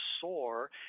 soar